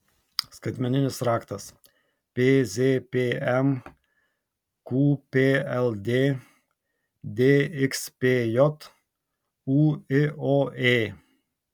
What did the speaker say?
skaitmeninis raktas pzpm qpld dxpj ūioė